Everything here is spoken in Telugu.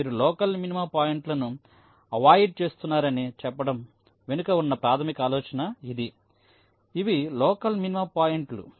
మీరు లోకల్ మినిమా పాయింట్లను అవాయిడ్ చేస్తున్నారని చెప్పడం వెనుక ఉన్న ప్రాథమిక ఆలోచన ఇది ఇవి లోకల్ మినిమా పాయింట్లు